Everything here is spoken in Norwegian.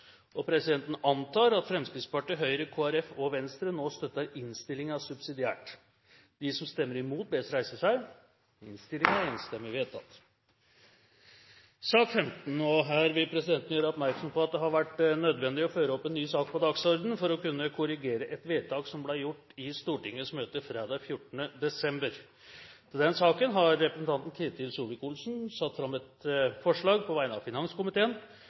000» Presidenten antar at Fremskrittspartiet, Høyre, Kristelig Folkeparti og Venstre nå støtter innstillingen subsidiært. Presidenten gjør oppmerksom på at det har vært nødvendig å føre opp en ny sak på dagsordenen for å kunne korrigere et vedtak som ble gjort i Stortingets møte fredag 14. desember. Til denne saken har representanten Ketil Solvik-Olsen satt fram et forslag på vegne av finanskomiteen.